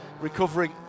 recovering